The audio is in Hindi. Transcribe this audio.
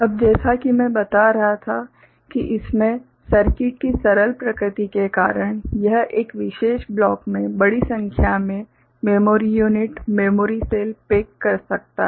अब जैसा कि मैं बता रहा था कि इसमें सर्किट की सरल प्रकृति के कारण यह एक विशेष ब्लॉक में बड़ी संख्या में memory unit memory cell pack कर सकता है